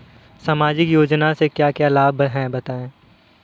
सामाजिक योजना से क्या क्या लाभ हैं बताएँ?